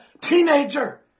teenager